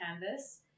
canvas